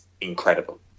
incredible